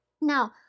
Now